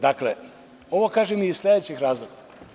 Dakle, ovo kažem iz sledećih razloga.